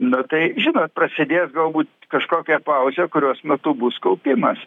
na tai žinot prasidės galbūt kažkokia pauzė kurios metu bus kaupimas